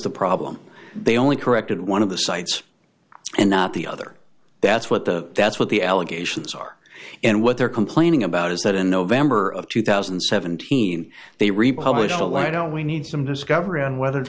the problem they only corrected one of the sites and not the other that's what the that's what the allegations are and what they're complaining about is that in november of two thousand and seventeen the republicans allow don't we need some discovery on whether